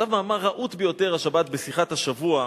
כתב מאמר רהוט ביותר השבת ב"שיחת השבוע",